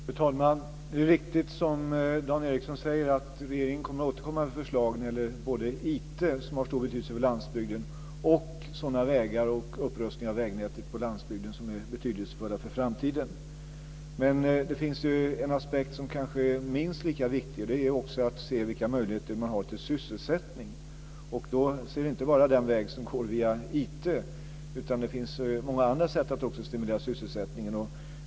Fru talman! Det är riktigt, som Dan Ericsson säger, att regeringen kommer att återkomma med förslag om både IT, som har stor betydelse för landsbygden, och sådana vägar och upprustningar av vägnätet på landsbygden som är betydelsefulla för framtiden. Men det finns en aspekt som kanske är minst lika viktig. Det är att se vilka möjligheter man har till sysselsättning. Och då är det inte bara den väg som går via IT, utan det finns många andra sätt att stimulera sysselsättningen.